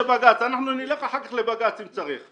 נלך אחר כך לבג"ץ אם צריך,